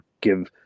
give